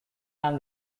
and